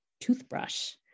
toothbrush